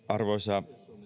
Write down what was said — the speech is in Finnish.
arvoisa